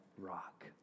rock